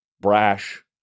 brash